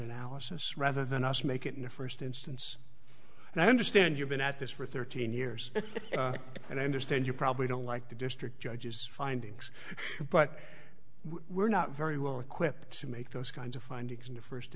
analysis rather than us make it in the first instance and i understand you've been at this for thirteen years and i understand you probably don't like the district judges findings but we're not very well equipped to make those kinds of finding